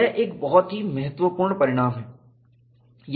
यह एक बहुत ही महत्वपूर्ण परिणाम है